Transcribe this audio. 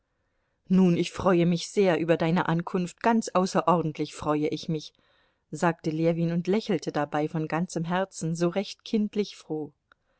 nun ich freue mich sehr über deine ankunft ganz außerordentlich freue ich mich sagte ljewin und lächelte dabei von ganzem herzen so recht kindlich froh